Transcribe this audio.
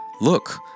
Look